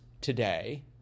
today